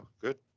Good